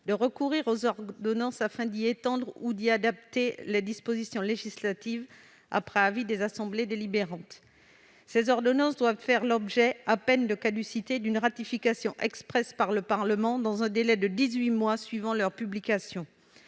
de recourir aux ordonnances, afin d'y appliquer ou d'y adapter les dispositions législatives après avis des assemblées délibérantes. Ces ordonnances doivent faire l'objet, à peine de caducité, d'une ratification expresse par le Parlement dans un délai de dix-huit mois suivant leur publication.